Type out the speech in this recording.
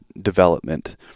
development